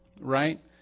right